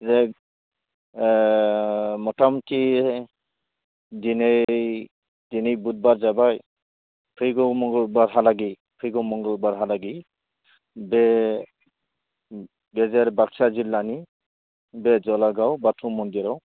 जे ओ मथा मथि दिनै दिनै बुधबार जाबाय फैगौ मंगलबारहालागै फैगौ मंगलबारहालागै बे गेजेर बागसा जिल्लानि बे जलागाव बाथौ मन्दिराव